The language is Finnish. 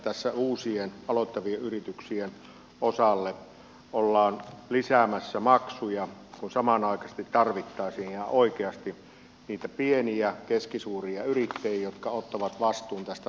tässä uusien aloittavien yrityksien osalle ollaan lisäämässä maksuja kun samanaikaisesti tarvittaisiin ihan oikeasti niitä pieniä ja keskisuuria yrittäjiä jotka ottavat vastuun tästä talouskasvusta